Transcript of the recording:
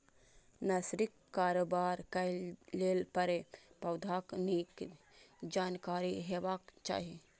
नर्सरीक कारोबार करै लेल पेड़, पौधाक नीक जानकारी हेबाक चाही